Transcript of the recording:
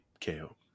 KO